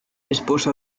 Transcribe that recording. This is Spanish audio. esposa